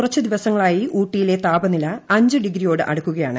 കുറച്ച് ദിവസങ്ങളായി ഊട്ടിയിലെ താപനില അഞ്ച് ഡിഗ്രിയോട് അടുക്കുകയാണ്